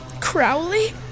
Crowley